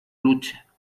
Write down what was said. lucha